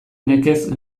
nekez